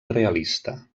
realista